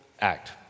act